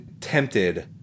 tempted